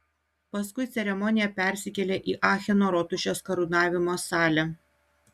paskui ceremonija persikėlė į acheno rotušės karūnavimo salę